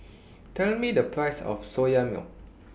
Tell Me The Price of Soya Milk